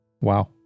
Wow